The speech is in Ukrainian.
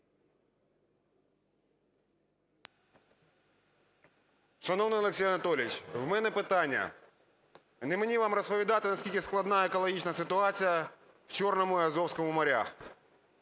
Шановний Олексій Анатолійович! В мене питання. Не мені вам розповідати, наскільки складна екологічна ситуація в Чорному і Азовському морях.